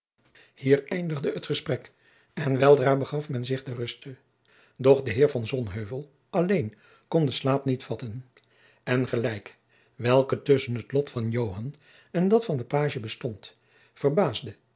hier eindigde het gesprek en weldra begaf men zich ter ruste doch de heer van sonheuvel alleen kon den slaap niet vatten de gelijkheid welke tusschen het lot van joan en dat van den pagie bestond verbaasde